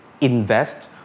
invest